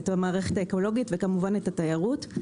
את המערכת האקולוגית וכמובן את התיירות.